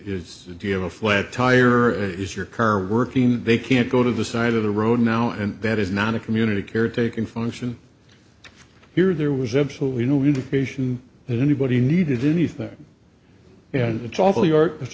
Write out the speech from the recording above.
to do you have a flat tire is your current working they can't go to the side of the road now and that is not a community care taken function here there was absolutely no indication that anybody needed anything and it's